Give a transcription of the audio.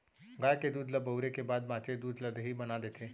गाय के दूद ल बउरे के बाद बॉंचे दूद ल दही बना देथे